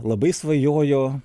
labai svajojo